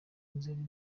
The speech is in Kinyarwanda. nzeri